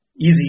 easy